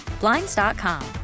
Blinds.com